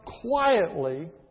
quietly